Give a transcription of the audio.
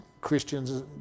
Christians